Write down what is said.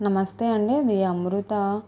నమస్తే అండి ఇది అమృత